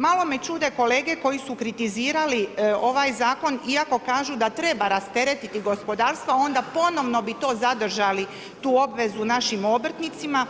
Malo me čude kolege koji su kritizirali ovaj Zakon iako kažu da treba rasteretiti gospodarstvo, onda ponovno bi to zadržali tu obvezu našim obrtnicima